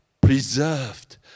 preserved